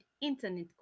internet